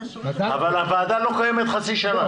אבל הוועדה לא קיימת חצי שנה.